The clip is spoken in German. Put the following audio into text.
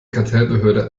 kartellbehörde